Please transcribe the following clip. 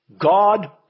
God